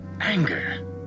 anger